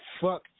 fuck